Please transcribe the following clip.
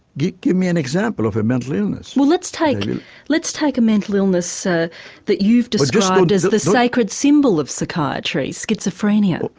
give give me an example of a mental illness. well let's take let's take a mental illness ah that you've described as the sacred symbol of psychiatry, schizophrenia.